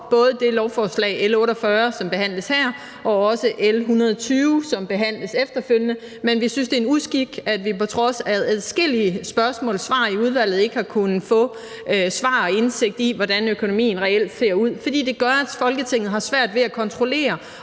for det lovforslag, L 48, som behandles her, og også L 120, som behandles efterfølgende, men vi synes, det er en uskik, at vi på trods af adskillige spørgsmål og svar i udvalget ikke har kunnet få svar på og indsigt i, hvordan økonomien reelt ser ud, fordi det gør, at Folketinget har svært ved at kontrollere,